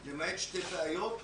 למעט שתי בעיות,